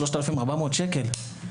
3,400 שקל.